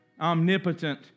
omnipotent